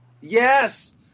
Yes